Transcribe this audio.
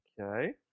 okay